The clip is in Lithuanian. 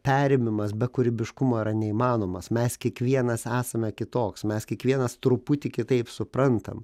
perėmimas be kūrybiškumo yra neįmanomas mes kiekvienas esame kitoks mes kiekvienas truputį kitaip suprantam